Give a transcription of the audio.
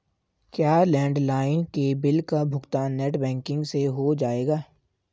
क्या लैंडलाइन के बिल का भुगतान नेट बैंकिंग से हो जाएगा?